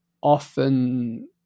often